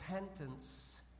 repentance